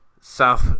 South